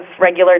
regular